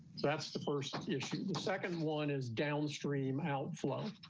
that's the first issue. the second one is downstream outflow.